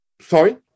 Sorry